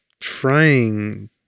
trying